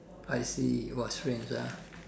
I see !wah! strange ah